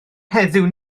heddiw